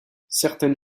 certaines